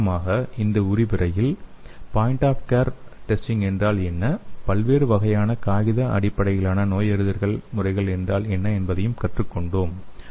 சுருக்கமாக இந்த விரிவுரையில் பாயிண்ட் ஆஃப் கேர் டெஸ்டிங் என்றால் என்ன பல்வேறு வகையான காகித அடிப்படையிலான நோயறிதல்கள் முறைகள் என்ன என்பதை நாம் கற்றுக்கொண்டோம்